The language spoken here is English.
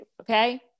Okay